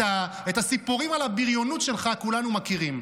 את הסיפורים על הבריונות שלך כולנו מכירים.